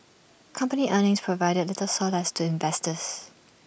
company earnings provided little solace to investors